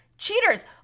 Cheaters